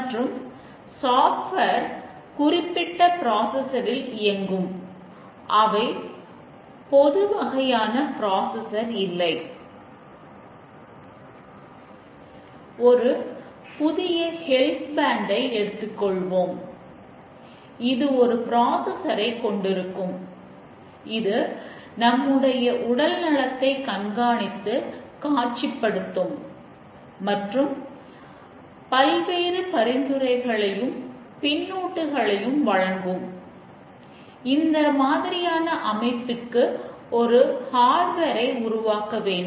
மற்றும் அவர்கள் சோதனைக் கருவிகளுடன் இணைந்தவர்களாக இருக்க வேண்டும்